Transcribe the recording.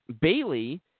bailey